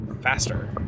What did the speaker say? Faster